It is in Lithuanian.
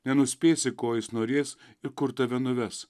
nenuspėsi ko jis norės ir kur tave nuves